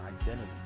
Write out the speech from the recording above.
identity